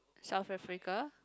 South Africa